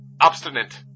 Obstinate